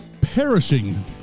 perishing